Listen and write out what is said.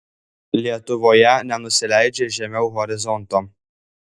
lietuvoje nenusileidžia žemiau horizonto